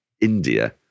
India